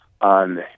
on